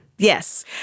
Yes